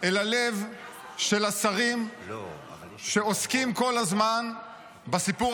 אל הלב של השרים שעוסקים כל הזמן בסיפור